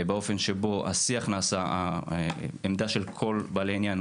העובדה שהעמדה של כל בעלי העניין